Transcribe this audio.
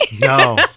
No